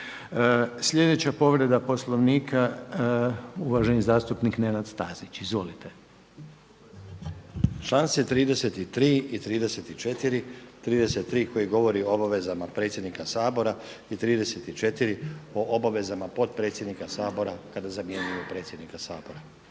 Sljedeća povreda Poslovnika uvaženi zastupnik Nenad Stazić. Izvolite. **Stazić, Nenad (SDP)** Članak 33. i 34., 33. koji govori o obavezama predsjednika Sabora i 34. o obavezama potpredsjednika Sabora kada zamjenjuju predsjednika Sabora.